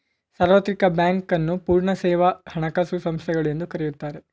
ಸಾರ್ವತ್ರಿಕ ಬ್ಯಾಂಕ್ ನ್ನು ಪೂರ್ಣ ಸೇವಾ ಹಣಕಾಸು ಸಂಸ್ಥೆಗಳು ಎಂದು ಕರೆಯುತ್ತಾರೆ